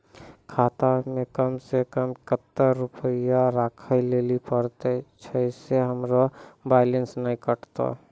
खाता मे कम सें कम कत्ते रुपैया राखै लेली परतै, छै सें हमरो बैलेंस नैन कतो?